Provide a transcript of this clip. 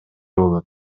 болот